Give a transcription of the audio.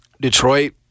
Detroit